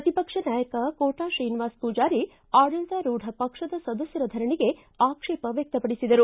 ಪ್ರತಿಪಕ್ಷ ನಾಯಕ ಕೋಟಾ ಶ್ರೀನಿವಾಸ ಪೂಜಾರಿ ಆಡಳಿತಾರೂಢ ಪಕ್ಷದ ಸದಸ್ಟರ ಧರಣಿಗೆ ಆಕ್ಷೇಪ ವ್ಯಕ್ತಪಡಿಸಿದರು